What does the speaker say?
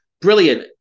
Brilliant